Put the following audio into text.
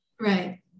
Right